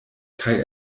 kaj